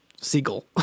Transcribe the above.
Seagull